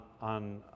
on